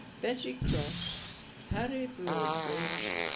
betty cross harry broadbridge,